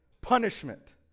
punishment